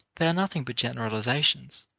they are nothing but generalizations,